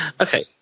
Okay